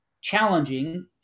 challenging